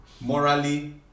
morally